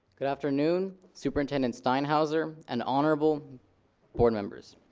good afternoon, superintendent steinhauser and honorable board members.